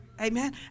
Amen